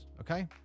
Okay